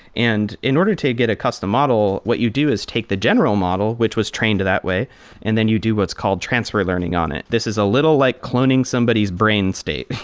and in order to get a custom model, what you do is take the general model, which was trained that way and then you do what's called transfer learning on it. this is a little like cloning somebody's brain's state.